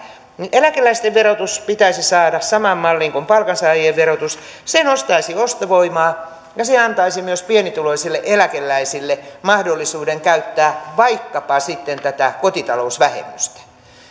eläkeläisten verotus pitäisi saada samaan malliin kuin palkansaajien verotus se nostaisi ostovoimaa ja se antaisi myös pienituloisille eläkeläisille mahdollisuuden käyttää vaikkapa sitten tätä kotitalousvähennystä